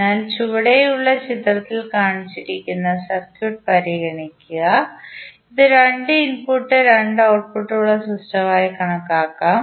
അതിനാൽ ചുവടെയുള്ള ചിത്രത്തിൽ കാണിച്ചിരിക്കുന്ന സർക്യൂട്ട് പരിഗണിക്കുക ഇത് രണ്ട് ഇൻപുട്ടും രണ്ട് ഔട്പുട്ടും ഉള്ള സിസ്റ്റം ആയി കണക്കാക്കാം